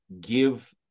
give